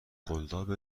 قلاب